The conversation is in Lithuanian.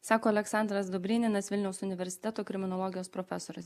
sako aleksandras dobryninas vilniaus universiteto kriminologijos profesorius